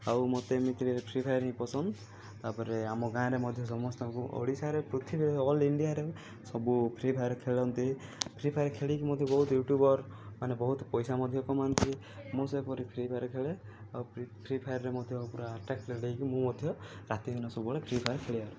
ଆଉ ମୋତେ ଏମିତିରେ ଫ୍ରି ଫାୟାର୍ ହିଁ ପସନ୍ଦ ତା'ପରେ ଆମ ଗାଁରେ ମଧ୍ୟ ସମସ୍ତଙ୍କୁ ଓଡ଼ିଶାରେ ପୃଥିବୀ ଅଲ୍ ଇଣ୍ଡିଆରେ ସବୁ ଫ୍ରି ଫାୟାର୍ ଖେଳନ୍ତି ଫ୍ରି ଫାୟାର୍ ଖେଳିକି ମଧ୍ୟ ବହୁତ ୟୁଟ୍ୟୁବ୍ର ମାନେ ବହୁତ ପଇସା ମଧ୍ୟ କମାନ୍ତି ମୁଁ ସେପରି ଫ୍ରି ଫାୟାର୍ ଖେଳେ ଆଉ ଫ୍ରି ଫାୟାର୍ରେ ମଧ୍ୟ ପୁରା ଆଟ୍ରାକ୍ଟେଡ଼୍ ହେଇକି ମୁଁ ମଧ୍ୟ ରାତି ଦିନ ସବୁବେଳେ ଫ୍ରି ଫାୟାର୍ ଖେଳିବାର